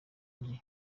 rye